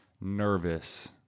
nervous